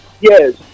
Yes